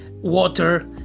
water